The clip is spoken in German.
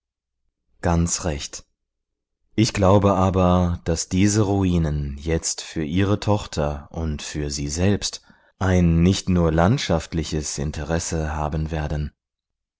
ganz recht ich glaube aber daß diese ruinen jetzt für ihre tochter und für sie selbst ein nicht nur landschaftliches interesse haben werden